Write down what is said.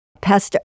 pastor